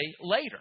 later